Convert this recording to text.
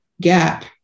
gap